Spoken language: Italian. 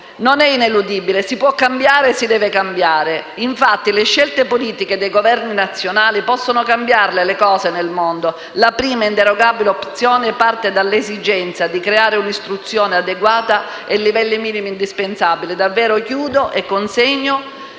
non è ineludibile, si può e si deve cambiare. Infatti, le scelte politiche dei Governi nazionali possono cambiare le cose nel mondo: la prima inderogabile opzione parte dall'esigenza di creare un'istruzione adeguata e livelli minimi indispensabili. Lasciatemi